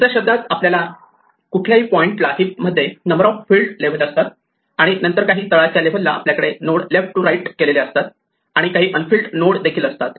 दुसऱ्या शब्दात कुठल्याही पॉइंटला हिप मध्ये नंबर ऑफ फिल्ड लेव्हल असतात आणि नंतर तळाच्या लेव्हलला आपल्याकडे नोड लेफ्ट टू राईट केलेले असतात आणि काही अनफिल्ड नोड देखील असतात